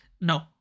No